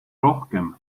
rohkem